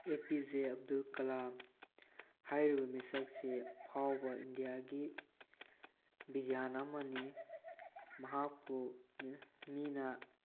ꯑꯦ P J Abdul Kalam ꯍꯥꯏꯔꯤꯕ ꯃꯤꯁꯛꯁꯤ ꯑꯐꯥꯎꯕ ꯏꯟꯗꯤꯌꯥꯒꯤ ꯕꯤꯒ꯭ꯌꯥꯟ ꯑꯃꯅꯤ ꯃꯍꯥꯛꯄꯨ ꯃꯤꯅ